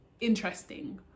interesting